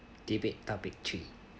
debate topic three